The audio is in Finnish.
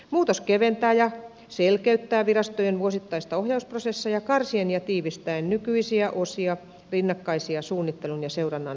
muutos keventää ja selkeyttää virastojen vuosittaisia ohjausprosesseja karsien ja tiivistäen nykyisiä osia rinnakkaisia suunnittelun ja seurannan valmisteluprosesseja